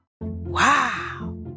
Wow